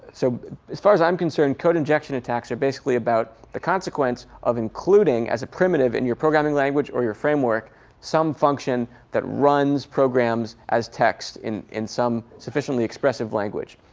so as far as i'm concerned, code injection attacks are basically about the consequence of including as a primitive in your programming language or your framework some function that runs programs as text in in some sufficiently expressive language.